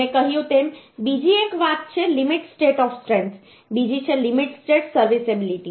મેં કહ્યું તેમ બીજી એક વાત છે લિમિટ સ્ટેટ ઑફ સ્ટ્રેન્થ બીજી છે લિમિટ સ્ટેટ સર્વિસિબિલિટી